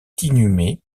inhumé